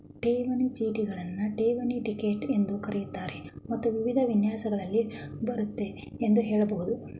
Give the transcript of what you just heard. ಠೇವಣಿ ಚೀಟಿಗಳನ್ನ ಠೇವಣಿ ಟಿಕೆಟ್ ಎಂದೂ ಕರೆಯುತ್ತಾರೆ ಮತ್ತು ವಿವಿಧ ವಿನ್ಯಾಸಗಳಲ್ಲಿ ಬರುತ್ತೆ ಎಂದು ಹೇಳಬಹುದು